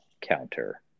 counter